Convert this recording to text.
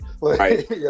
right